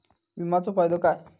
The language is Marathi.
विमाचो फायदो काय?